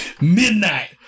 Midnight